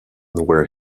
where